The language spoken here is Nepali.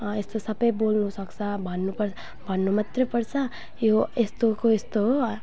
यस्तो सबै बोल्नसक्छ भन्नु पर भन्नु मात्रै पर्छ यो यस्तोको यस्तो हो